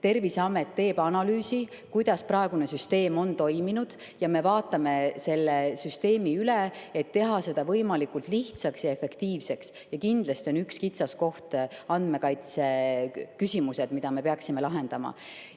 Terviseamet teeb analüüsi, kuidas praegune süsteem on toiminud. Me vaatame selle süsteemi üle, et teha see võimalikult lihtsaks ja efektiivseks. Kindlasti on üks kitsaskoht andmekaitse küsimused, mida me peaksime lahendama.